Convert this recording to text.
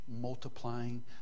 multiplying